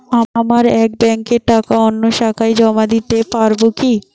আমার এক ব্যাঙ্কের টাকা অন্য শাখায় জমা দিতে পারব কি?